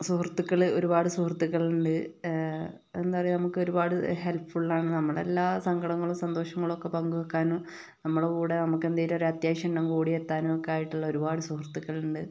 സുഹൃത്തുക്കള് ഒരുപാട് സുഹൃത്തുക്കളുണ്ട് എന്താ പറയുക നമുക്ക് ഒരുപാട് ഹെൽപ്പ്ഫുൾ ആണ് നമ്മുടെ എല്ലാ സങ്കടങ്ങളും സന്തോഷങ്ങളും ഒക്കെ പങ്ക് വെക്കാനും നമ്മുടെ കൂടെ നമുക്കെന്തെങ്കിലും ഒരു അത്യാവശ്യം ഉണ്ടെങ്കിൽ ഓടി എത്താനും ഒക്കെയായിട്ടുള്ള ഒരുപാട് സുഹൃത്തുക്കളുണ്ട്